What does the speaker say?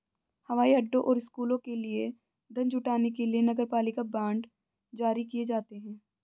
हवाई अड्डों और स्कूलों के लिए धन जुटाने के लिए नगरपालिका बांड जारी किए जाते हैं